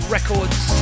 Records